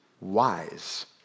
wise